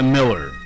Miller